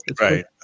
Right